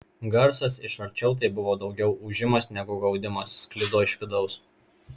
garsas iš arčiau tai buvo daugiau ūžimas negu gaudimas sklido iš vidaus